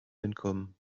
entkommen